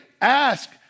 ask